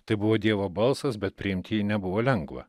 tai buvo dievo balsas bet priimti jį nebuvo lengva